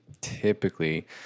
typically